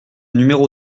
numéro